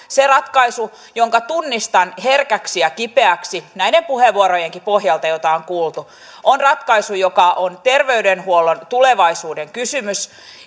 se ratkaisu jonka tunnistan herkäksi ja kipeäksi näiden puheenvuorojenkin pohjalta joita on kuultu on ratkaisu joka on terveydenhuollon tulevaisuudenkysymys